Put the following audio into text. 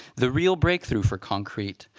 the real breakthrough for concrete,